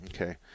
Okay